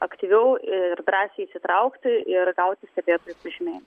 aktyviau ir drąsiai įsitraukti ir gauti stebėtojų pažymėj